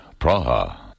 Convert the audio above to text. Praha